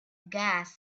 gas